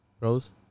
Rose